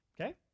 okay